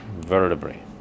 vertebrae